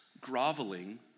groveling